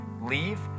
leave